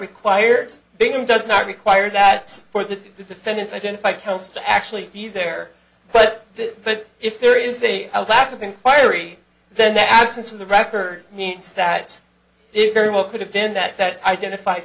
required being and does not require that for the defendants identify counts to actually be there but but if there is a lack of inquiry then the absence of the record means that it very well could have been that that identified